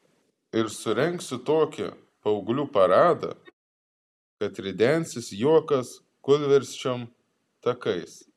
ir surengsiu tokį paauglių paradą kad ridensis juokas kūlversčiom takais